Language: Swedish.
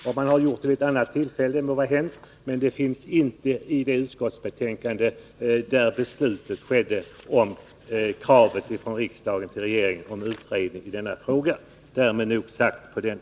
Måhända har moderaterna tagit upp frågan vid något annat tillfälle, men inte i samband med det utskottsbetänkande som låg till grund för riksdagens krav till regeringen på en utredning av den saken. Nr 28 Därmed nog sagt om detta.